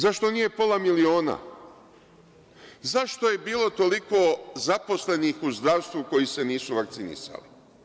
Zašto nije pola miliona, zašto je bilo toliko zaposlenih u zdravstvu koji se nisu vakcinisali.